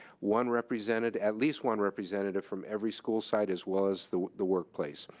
one represented, at least one representative from every school site as well as the the workplace.